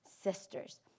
sisters